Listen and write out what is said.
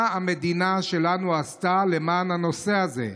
מה המדינה שלנו עשתה בנושא הזה?